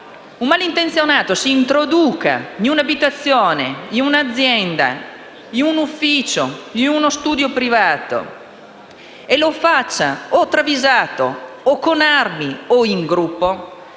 un malintenzionato si introduca in un'abitazione, in un'azienda, in un ufficio o in uno studio privato e lo faccia con il volto travisato, o con armi o in gruppo,